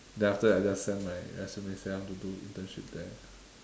then after that I just send my resume say I want to do internship there